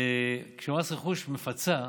כשמס רכוש מפצה,